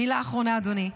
מילה אחרונה, אדוני.